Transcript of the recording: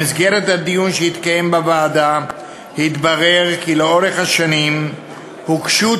במסגרת הדיון שהתקיים בוועדה התברר כי לאורך השנים הוגשו